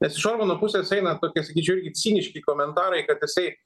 nes iš orbano pusės eina tokie sakyčiau irgi ciniški komentarai kad jisai